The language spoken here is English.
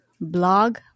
blog